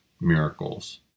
miracles